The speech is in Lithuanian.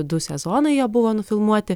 du sezonai jie buvo nufilmuoti